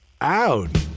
out